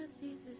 Jesus